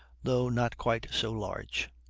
though not quite so large.